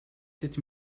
sept